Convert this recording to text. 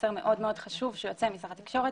מסר מאוד מאוד חשוב שיוצא משר התקשורת